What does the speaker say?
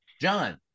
John